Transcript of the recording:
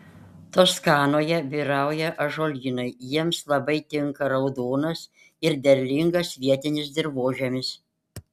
toskanoje vyrauja ąžuolynai jiems labai tinka raudonas ir derlingas vietinis dirvožemis